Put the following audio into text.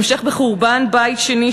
המשך בחורבן בית שני,